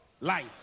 Light